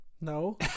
No